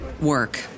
work